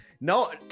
No